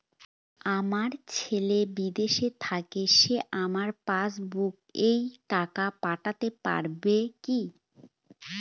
আমার ছেলে বিদেশে থাকে সে আমার পাসবই এ টাকা পাঠাতে পারবে কি?